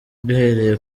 duhereye